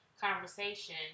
conversation